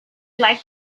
like